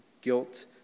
guilt